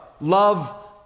love